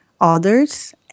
others